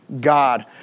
God